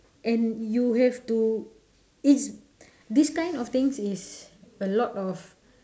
and you have to it's this kind of things is a lot of